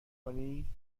کنی